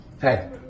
Hey